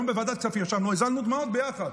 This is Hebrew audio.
היום בוועדת הכספים ישבנו והזלנו דמעות ביחד.